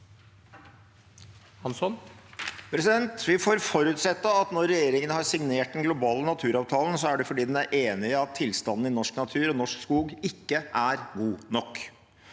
Vi får forutset- te at når regjeringen har signert den globale naturavtalen, er det fordi den er enig i at tilstanden i norsk natur og norsk skog ikke er god nok.